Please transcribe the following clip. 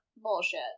bullshit